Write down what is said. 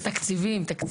תקציבים.